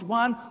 one